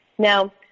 Now